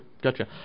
Gotcha